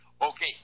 Okay